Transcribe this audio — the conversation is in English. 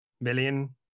million